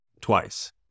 twice